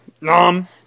Nom